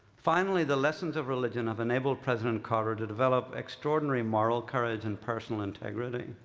finally, the lessons of religion of enabled president carter to develop extraordinary moral courage and personal integrity.